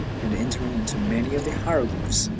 and entering into many of the hieroglyphs